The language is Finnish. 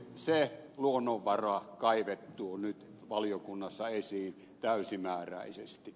se luonnonvara kaivettuu nyt valiokunnassa esiin täysimääräisesti